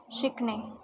शिकणे